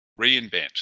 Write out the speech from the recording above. reinvent